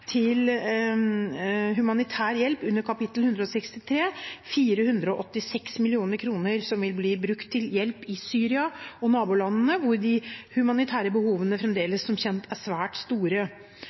for humanitær hjelp økes med 486 mill. kr til hjelp i Syria og nabolandene, hvor de humanitære behovene, som kjent, fremdeles er svært store